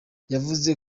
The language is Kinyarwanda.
yavuze